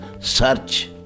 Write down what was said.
Search